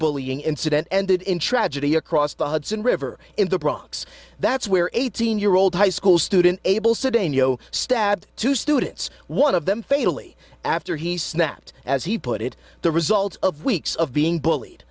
bullying incident ended in tragedy across the hudson river in the bronx that's where eighteen year old high school student abel city stabbed two students one of them fatally after he snapped as he put it the result of weeks of being bullied